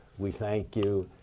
we thank you.